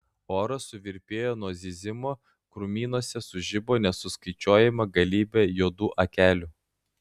oras suvirpėjo nuo zyzimo krūmynuose sužibo nesuskaičiuojama galybė juodų akelių